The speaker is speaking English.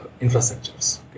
infrastructures